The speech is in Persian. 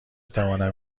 توانم